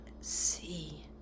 see